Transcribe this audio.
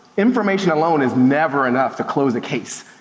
information alone is never enough to close a case.